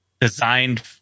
designed